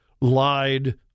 lied